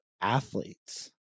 athletes